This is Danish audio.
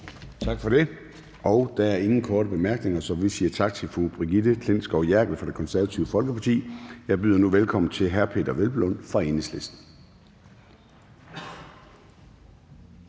Gade): Der er ingen korte bemærkninger. Så vi siger tak til fru Brigitte Klintskov Jerkel fra Det Konservative Folkeparti. Jeg byder nu velkommen til hr. Peder Hvelplund fra Enhedslisten.